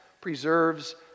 preserves